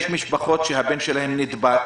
יש משפחות שהבן שלהן נדבק,